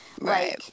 Right